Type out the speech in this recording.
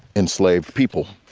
enslaved people.